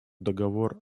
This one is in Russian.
договор